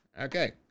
Okay